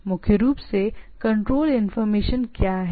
तो मुख्य रूप से कंट्रोल इंफॉर्मेशन क्या है